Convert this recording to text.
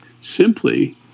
simply